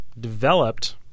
developed